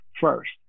first